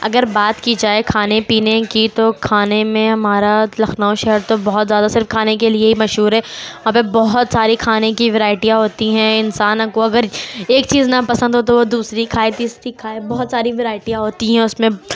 اگر بات کی جائے کھانے پینے کی تو کھانے میں ہمارا لکھنؤ شہر تو بہت زیادہ صرف کھانے کے لیے ہی مشہور ہے یہاں پہ بہت سارے کھانے کی ورائٹیاں ہوتی ہیں انسانوں کو اگر ایک چیز نہ پسند ہو تو وہ دوسری کھائے تیسری کھائے بہت ساری ورائٹیاں ہوتی ہیں اس میں